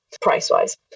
price-wise